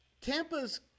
Tampa's